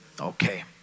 Okay